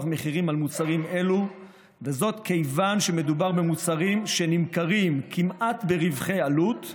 מחירים על מוצרים אלו כיוון שמדובר במוצרים שנמכרים כמעט ברווחי עלות,